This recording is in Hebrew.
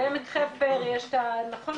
בעמק חפר יש את המקום,